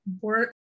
work